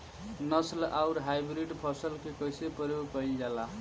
नस्ल आउर हाइब्रिड फसल के कइसे प्रयोग कइल जाला?